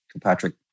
Patrick